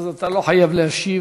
אז אתה לא חייב להשיב.